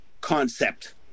concept